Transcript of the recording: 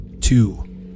two